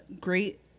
Great